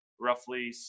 roughly